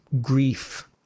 Grief